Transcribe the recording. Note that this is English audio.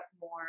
more